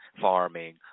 farming